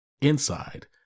inside